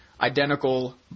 identical